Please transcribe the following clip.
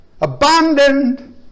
abandoned